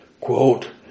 Quote